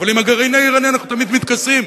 אבל עם הגרעין האירני אנחנו תמיד מתכסים,